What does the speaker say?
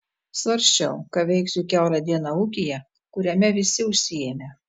svarsčiau ką veiksiu kiaurą dieną ūkyje kuriame visi užsiėmę